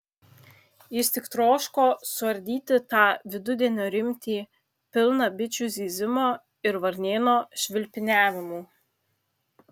jis tik troško suardyti tą vidudienio rimtį pilną bičių zyzimo ir varnėno švilpiniavimų